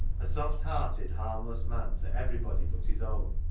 a soft-hearted, harmless man to everybody but his own.